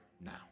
now